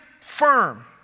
firm